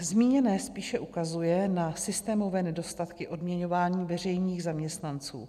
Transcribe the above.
Zmíněné spíše ukazuje na systémové nedostatky odměňování veřejných zaměstnanců.